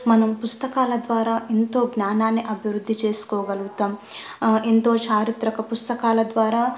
మనం పుస్తకాల ద్వారా ఎంతో జ్ఞానాన్ని అభివృద్ధి చేసుకోగలుగుతాము ఎంతో చారిత్రక పుస్తకాల ద్వారా